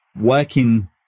working